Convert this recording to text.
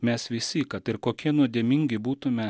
mes visi kad ir kokie nuodėmingi būtume